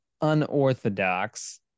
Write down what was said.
unorthodox